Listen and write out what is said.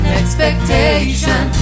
expectation